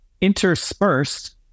interspersed